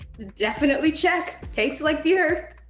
definitely check, tastes like the earth.